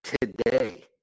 today